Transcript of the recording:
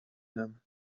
them